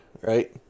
right